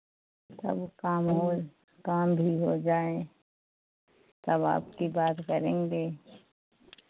सब काम हो काम भी हो जाएं तब आपकी बात करेंगे